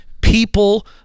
People